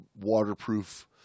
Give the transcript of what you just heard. waterproof